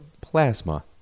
plasma